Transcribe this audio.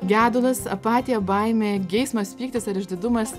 gedulas apatija baimė geismas pyktis ar išdidumas